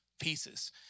pieces